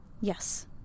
Yes